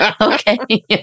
Okay